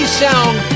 sound